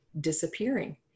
disappearing